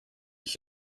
ich